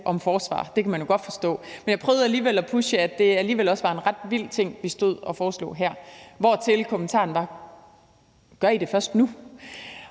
om forsvaret – det kan man jo godt forstå. Men jeg prøvede alligevel at pushe, at det alligevel også var en ret vild ting, vi stod og foreslog her, hvortil kommentaren var: Gør I det først nu?